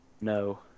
No